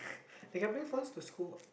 they can bring phones to school what